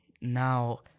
now